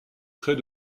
trait